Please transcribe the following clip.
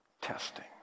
testing